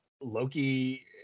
Loki